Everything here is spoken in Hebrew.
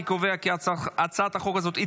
אני קובע כי הצעת החוק הזאת,